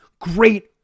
Great